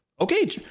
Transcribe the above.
Okay